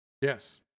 Yes